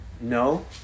No